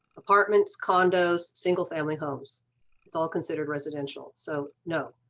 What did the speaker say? apartments, condos, single family homes it's all considered residential so no.